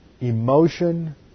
emotion